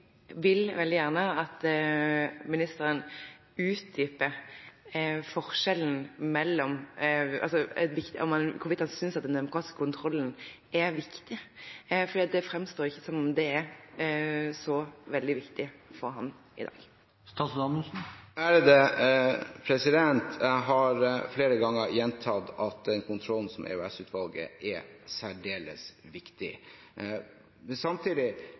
vil at ministeren utdyper hvorvidt han synes at den demokratiske kontrollen er viktig, for det framstår ikke som om det er så veldig viktig for ham i dag. Jeg har flere ganger gjentatt at den kontrollen som EOS-utvalget foretar, er særdeles viktig. Samtidig,